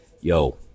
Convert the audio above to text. Yo